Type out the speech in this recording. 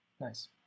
Nice